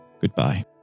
goodbye